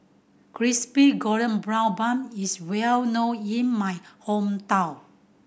Crispy Golden Brown Bun is well known in my hometown